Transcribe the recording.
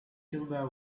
kilda